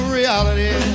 reality